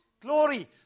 glory